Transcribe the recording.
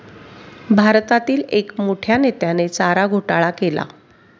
भारतातील एक मोठ्या नेत्याने चारा घोटाळा केला